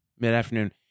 mid-afternoon